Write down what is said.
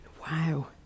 Wow